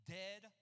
dead